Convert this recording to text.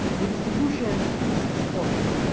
the distribution is as follows.